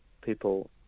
people